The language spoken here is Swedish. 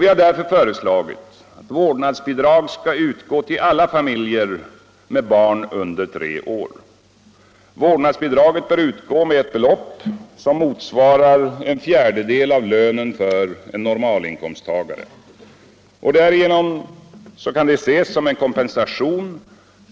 Vi har därför föreslagit att vårdnadsbidrag skall utgå till alla familjer med barn under tre år. Vårdnadsbidraget bör utgå med ett belopp som motsvarar en fjärdedel av lönen för en normalinkomsttagare. Därigenom kan det ses som en kompensation